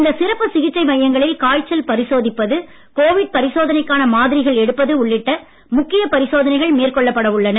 இந்த சிறப்பு சிகிச்சை மையங்களில் காய்ச்சல் பரிசோதிப்பது கொவிட் பரிசோதனைக்கான மாதிரிகள் எடுப்பது உள்ளிட்ட முக்கிய பரிசோதனைகள் மேற்கொள்ளப்பட உள்ளன